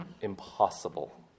impossible